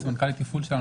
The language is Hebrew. סמנכ"לית התפעול שלנו,